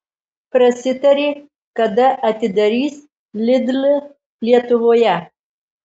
prasitarė kada atidarys lidl lietuvoje